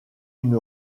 une